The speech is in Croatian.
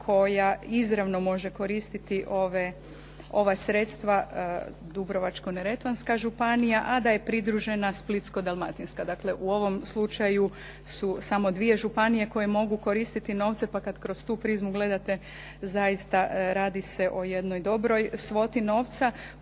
koja izravno može koristiti ova sredstva Dubrovačko-neretvanska županija a da je pridružena Splitsko-dalmatinska. Dakle, u ovom slučaju su samo dvije županije koje mogu koristiti novce pa kad kroz tu prizmu gledate zaista radi se o jednoj dobroj svoti novca.